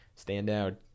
standout